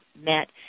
met